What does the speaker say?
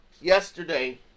yesterday